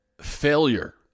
failure